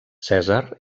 cèsar